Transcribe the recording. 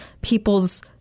people's